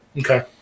Okay